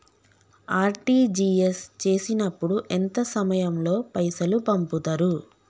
RTGS చేసినప్పుడు ఎంత సమయం లో పైసలు పంపుతరు?